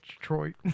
Detroit